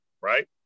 right